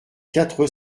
quatre